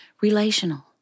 relational